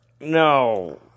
no